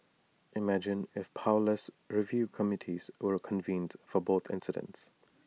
imagine if only powerless review committees were convened for both incidents